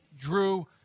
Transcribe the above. Drew